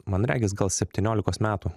man regis gal septyniolikos metų